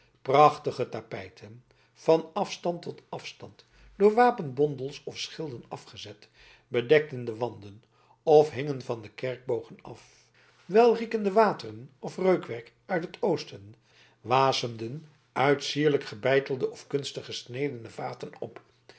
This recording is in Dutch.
prachtige tapijten van afstand tot afstand door wapenbondels of schilden afgezet bedekten de wanden of hingen van de kerkbogen af welriekende wateren of reukwerk uit het oosten wasemden uit sierlijk gebeitelde of kunstig gesnedene vaten op